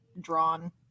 drawn